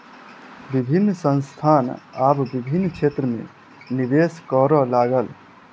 विभिन्न संस्थान आब विभिन्न क्षेत्र में निवेश करअ लागल